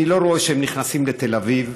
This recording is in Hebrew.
אני לא רואה שהם נכנסים לתל אביב,